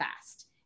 fast